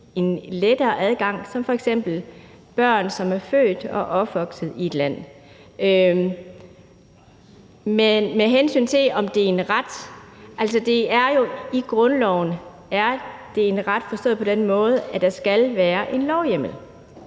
en lettere adgang, f.eks. i forbindelse med børn, som er født og opvokset i et land. Med hensyn til om det er en ret, vil jeg sige, at det jo i grundloven er en ret forstået på den måde, at der skal være en lovhjemmel.